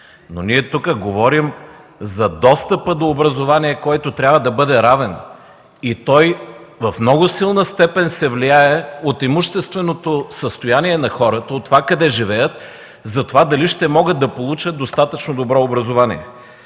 Но тук говорим за достъпа до образование, който трябва да бъде равен. Той в много силна степен се влияе от имущественото състояние на хората, от това къде живеят, за това дали ще могат да получат достатъчно добро образование.